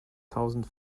tausend